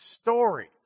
stories